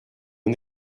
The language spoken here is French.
est